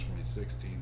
2016